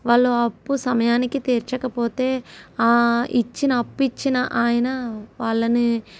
వాళ్ళ అప్పు సమయానికి తీర్చకపోతే ఆ ఇచ్చిన అప్పు ఇచ్చిన ఆయన వాళ్ళని